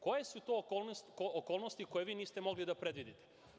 Koje su to okolnosti koje vi niste mogli da predvidite?